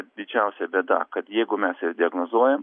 didžiausia bėda kad jeigu mes ir diagnozuojam